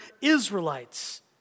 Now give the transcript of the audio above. Israelites